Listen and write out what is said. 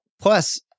Plus